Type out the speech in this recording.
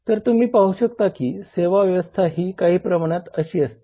तर तुम्ही पाहू शकता की सेवा व्यवस्था ही काही प्रमाणात अशी असते